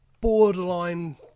borderline